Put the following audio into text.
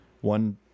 one